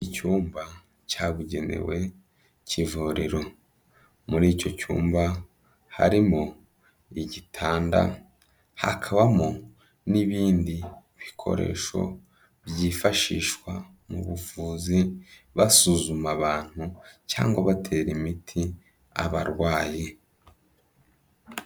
Icyumba cyabugenewe cy'ivuriro, muri icyo cyumba harimo igitanda, hakabamo n'ibindi bikoresho byifashishwa mu buvuzi basuzuma abantu cyangwa batera imiti abarwayi.